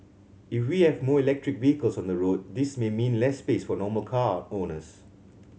if we have more electric vehicles on the road this may mean less space for normal car owners